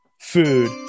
Food